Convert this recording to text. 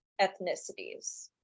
ethnicities